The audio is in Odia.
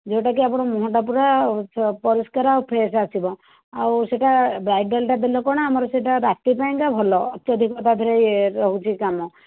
ଯେଉଁଟାକି ଆପଣ ମୁଁହଟା ପୁରା ପରିଷ୍କାର ଆଉ ଫ୍ରେସ୍ ଆସିବ ଆଉ ସେଇଟା ବ୍ରାଇଡ଼ାଲଟା ଦେଲେ କ'ଣ ଆମର ସେଇଟା ରାତିପାଇଁ କା ଭଲ ଅତ୍ୟଧିକ ତା ଦେହରେ ରହୁଛି କାମ